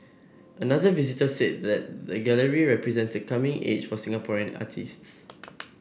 another visitor said that the gallery represents a coming age for Singaporean artists